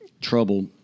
Trouble